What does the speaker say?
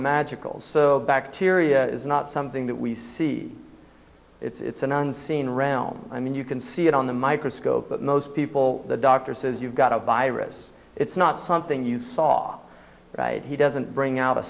magical so bacteria is not something that we see it's an unseen realm i mean you can see it on the microscope but most people the doctor says you've got a virus it's not something you saw he doesn't bring out a